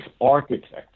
architects